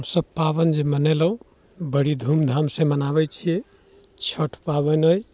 हम सभ पाबनि जे मनेलहुँ बड़ी धूमधामसँ मनाबै छियै छठ पाबनि अइ